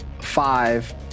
five